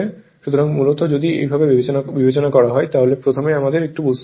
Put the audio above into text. সুতরাং মূলত যদি এইভাবে বিবেচনা করা হয় তাহলে প্রথমে আমাদের একটু বুঝতে হবে